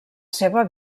seva